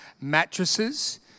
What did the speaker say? mattresses